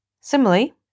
Similarly